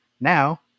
now